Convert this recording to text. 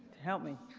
help me.